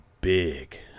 big